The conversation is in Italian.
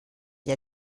gli